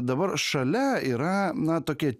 dabar šalia yra na tokie